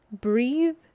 Breathe